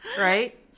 right